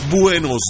Buenos